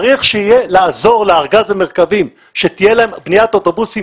צריך לעזור לארגז ולמרכבים שתהיה להם בניית אוטובוסים